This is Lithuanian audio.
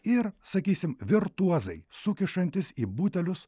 ir sakysim virtuozai sukišantys į butelius